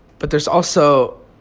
but there's also